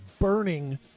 burning